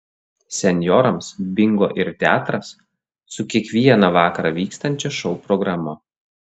senjorams bingo ir teatras su kiekvieną vakarą vykstančia šou programa